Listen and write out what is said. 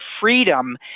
freedom